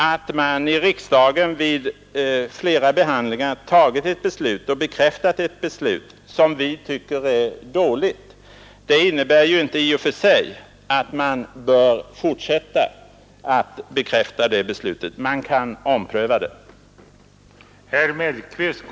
Att riksdagen vid flera behandlingar bekräftat ett beslut som vi tycker är dåligt hindrar inte i och för sig att riksdagen inte i dag bör fortsätta att bekräfta det beslutet; man kan och bör ompröva det.